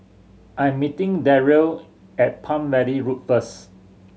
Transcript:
I am meeting Darrell at Palm Valley Road first